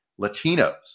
Latinos